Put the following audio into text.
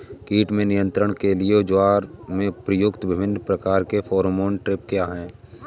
कीट नियंत्रण के लिए ज्वार में प्रयुक्त विभिन्न प्रकार के फेरोमोन ट्रैप क्या है?